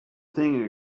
thing